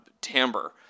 Timbre